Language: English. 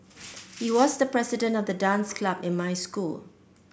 he was the president of the dance club in my school